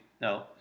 No